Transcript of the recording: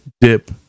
dip